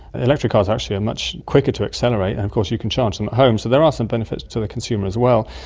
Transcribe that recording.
electric cars actually are much quicker to accelerate, and of course you can charge them at home, so there are some benefits to the consumer as well.